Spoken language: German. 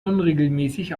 unregelmäßig